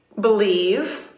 believe